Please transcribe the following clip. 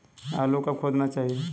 आलू को कब खोदना चाहिए?